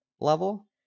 level